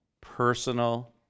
personal